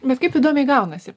bet kaip įdomiai gaunasi